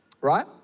Right